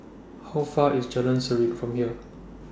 How Far IS Jalan Serene from here